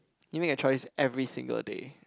give me a choice every single day